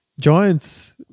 Giants